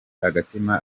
agatima